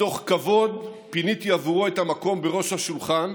מתוך כבוד פיניתי עבורו את המקום בראש השולחן.